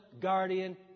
guardian